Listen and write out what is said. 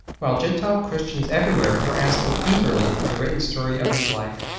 while gentile christians everywhere were asking eagerly for the written story of his life.